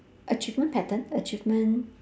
achievement pattern achievement